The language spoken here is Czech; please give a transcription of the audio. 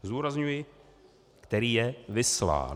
Zdůrazňuji: který je vyslán.